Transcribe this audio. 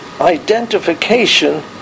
identification